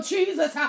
Jesus